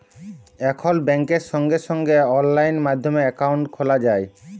এখল ব্যাংকে সঙ্গে সঙ্গে অললাইন মাধ্যমে একাউন্ট খ্যলা যায়